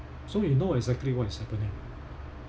so you know exactly what is happening